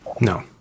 No